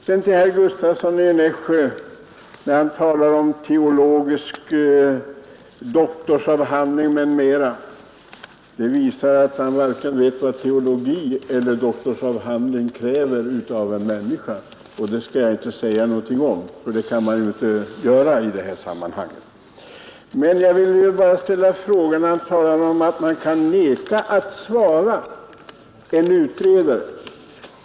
Det som herr Gustavsson i Nässjö säger om teologisk doktorsavhandling visar att han inte vet vad vare sig teologi eller doktorsavhandling kräver av en människa. Men det skall jag inte säga något om. Herr Gustavsson säger att man kan vägra att svara en utredare.